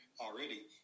already